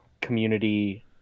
community